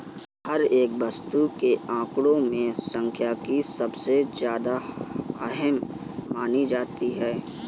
हर एक वस्तु के आंकडों में सांख्यिकी सबसे ज्यादा अहम मानी जाती है